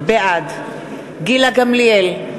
בעד גילה גמליאל,